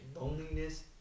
loneliness